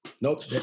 Nope